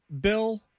Bill